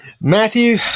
Matthew